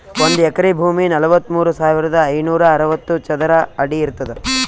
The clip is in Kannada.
ಒಂದ್ ಎಕರಿ ಭೂಮಿ ನಲವತ್ಮೂರು ಸಾವಿರದ ಐನೂರ ಅರವತ್ತು ಚದರ ಅಡಿ ಇರ್ತದ